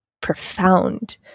profound